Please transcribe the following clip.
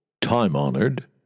time-honored